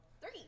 Three